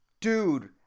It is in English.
dude